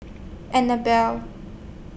Annabell